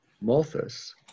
Malthus